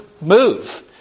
move